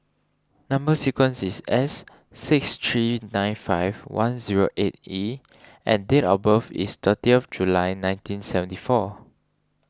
Number Sequence is S six three nine five one zero eight E and date of birth is thirtieth July nineteen seventy four